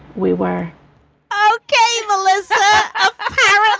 we were ok melissa.